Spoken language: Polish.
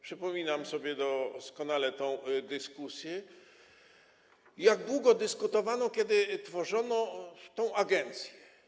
Przypominam sobie doskonale tę dyskusję i to, jak długo dyskutowano, kiedy tworzono tę agencję.